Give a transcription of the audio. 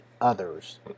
others